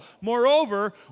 Moreover